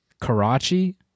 Karachi